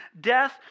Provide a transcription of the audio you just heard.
death